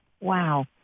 Wow